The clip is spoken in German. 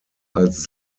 als